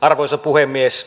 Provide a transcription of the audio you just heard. arvoisa puhemies